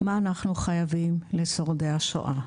מה אנחנו חייבים לשורדי השואה.